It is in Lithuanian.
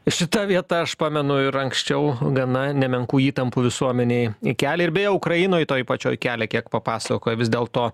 šita vieta aš pamenu ir anksčiau gana nemenkų įtampų visuomenėj kelia ir beje ukrainoj toj pačioj kelia kiek papasakojo vis dėlto